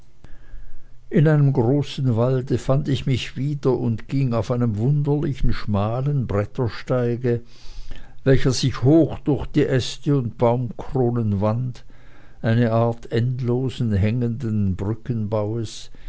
in einem großen walde fand ich mich wieder und ging auf einem wunderlichen schmalen brettersteige welcher sich hoch durch die liste und baumkronen wand eine art endlosen hängenden brückenbaues